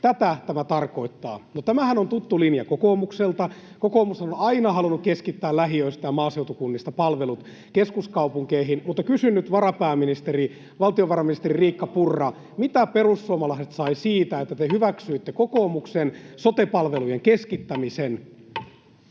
Tätä tämä tarkoittaa, mutta tämähän on tuttu linja kokoomukselta. Kokoomus on aina halunnut keskittää lähiöistä ja maaseutukunnista palvelut keskuskaupunkeihin. Mutta kysyn nyt, varapääministeri, valtiovarainministeri Riikka Purra: mitä perussuomalaiset sai siitä, että te hyväksyitte kokoomuksen sote-palvelujen keskittämisen?